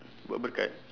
buat berkat